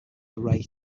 array